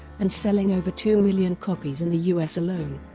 and selling over two million copies in the u s. alone.